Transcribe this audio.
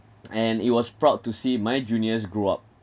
and it was proud to see my juniors grew up